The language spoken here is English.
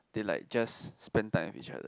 they like just spend time with each other